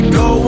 go